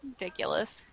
Ridiculous